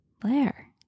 Blair